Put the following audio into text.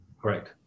correct